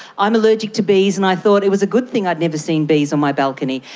i'm allergic to bees and i thought it was a good thing i'd never seen bees on my balcony.